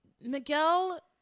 Miguel